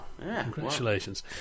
Congratulations